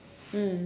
mm